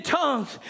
tongues